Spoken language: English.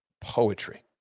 poetry